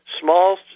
small